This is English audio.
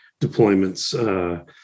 deployments